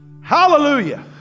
Hallelujah